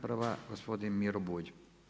Prva gospodin Miro Bulj.